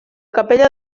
capella